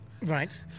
Right